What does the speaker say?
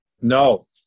No